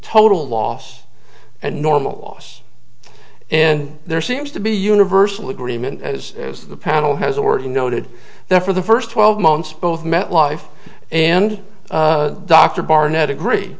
total loss and normal loss and there seems to be universal agreement as to the panel has already noted that for the first twelve months both met life and dr barnett agree